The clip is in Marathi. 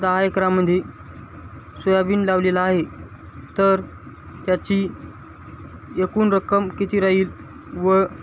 दहा एकरामध्ये सोयाबीन लावलेला आहे तर त्याची एकूण रक्कम किती राहील व